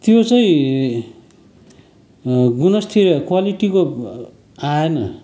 त्यो चाहिं गुणस्तर र क्वालिटीको आएन